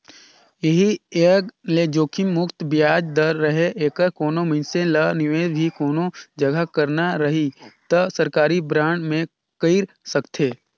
ऐही एंग ले जोखिम मुक्त बियाज दर रहें ऐखर कोनो मइनसे ल निवेस भी कोनो जघा करना रही त सरकारी बांड मे कइर सकथे